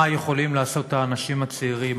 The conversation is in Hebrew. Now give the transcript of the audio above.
מה יכולים לעשות האנשים הצעירים?